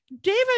David